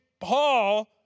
Paul